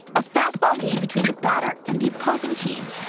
a fastball game between the batter and the opposing team.